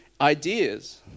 Ideas